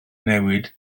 newid